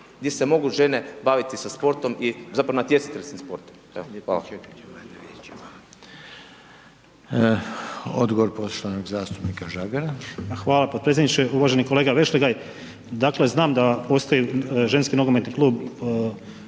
gdje se mogu žene baviti sa sportom, zapravo natjecateljskim sportom.